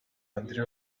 andré